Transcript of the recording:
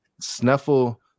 Snuffle